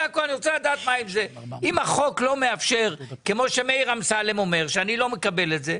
אם החוק לא מאפשר כמו שמאיר אמסלם אומר שאני לא מקבל את זה,